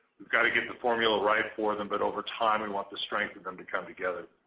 we've got to get the formula right for them, but over time, we want the strength of them to come together.